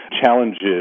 challenges